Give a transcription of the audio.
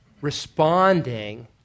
responding